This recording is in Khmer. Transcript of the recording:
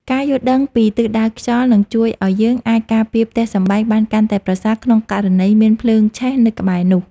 ការយល់ដឹងពីទិសដៅខ្យល់នឹងជួយឱ្យយើងអាចការពារផ្ទះសម្បែងបានកាន់តែប្រសើរក្នុងករណីមានភ្លើងឆេះនៅក្បែរនោះ។